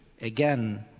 again